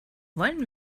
wollen